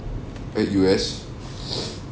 at U_S